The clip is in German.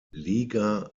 liga